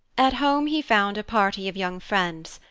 at home he found a party of young friends,